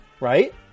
right